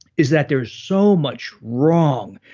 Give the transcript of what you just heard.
is that there's so much wrong.